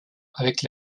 avec